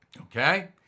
Okay